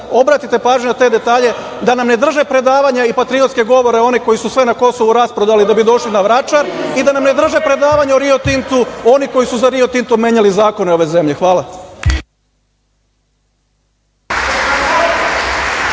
obratite pažnju na te detalje, da nam ne drže predavanje i patriotske govore oni koji su sve na Kosovu rasprodali da bi došli na Vračar i da nam ne drže predavanje od Rio Tintu oni koji su za Rio Tinto menjali zakone ove zemlje. Hvala.